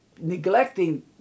neglecting